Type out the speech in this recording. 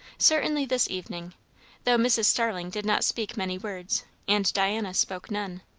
certainly this evening though mrs. starling did not speak many words, and diana spoke none.